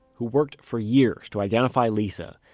who worked for years to identify lisa,